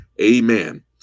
Amen